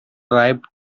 ripe